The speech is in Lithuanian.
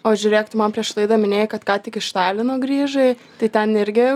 o žiūrėk tu man prieš laidą minėjai kad ką tik iš talino grįžai tai ten irgi